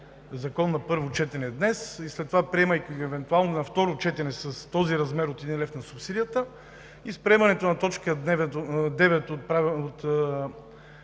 закон на първо четене днес и след това, приемайки го евентуално на второ четене с размер от 1 лв. на субсидията и с приемането на т. 9 от седмичния